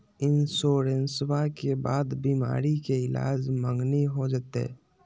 इंसोरेंसबा के बाद बीमारी के ईलाज मांगनी हो जयते?